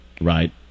Right